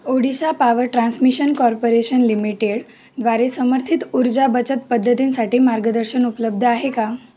Odisha power transmission corporation limited द्वारे समर्थित ऊर्जा बचत पद्धतींसाठी मार्गदर्शन उपलब्ध आहे का